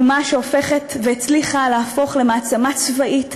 אומה שהופכת והצליחה להפוך למעצמה צבאית,